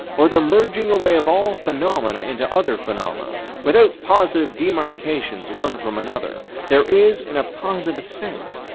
or the merging away of all phenomena into other phenomena, without positive demarcations one from another, there is, in a positive sense,